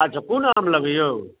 अच्छा कोन आम लेबै यौ